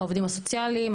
העובדים הסוציאליים,